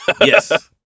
Yes